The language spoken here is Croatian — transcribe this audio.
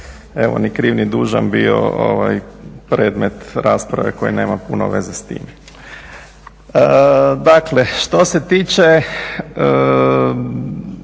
evo ni kriv ni dužan bio predmet rasprave koja nema puno veze s time. Dakle, što se tiče